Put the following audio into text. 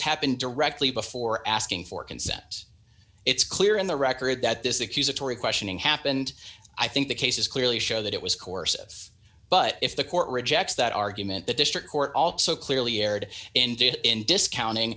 happened directly before asking for consent it's clear in the record that this accusatory questioning happened i think the cases clearly show that it was coercive but if the court rejects that argument the district court also clearly erred in did in discounting